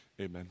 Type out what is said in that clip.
amen